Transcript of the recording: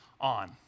on